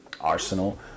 arsenal